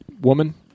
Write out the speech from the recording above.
woman